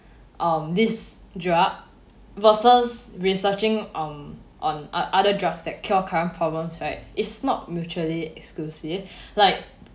um this drug versus researching um other drugs that cure current problems right it's not mutually exclusive like